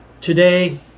Today